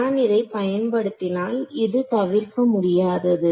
நான் இதை பயன்படுத்தினால் இது தவிர்க்க முடியாதது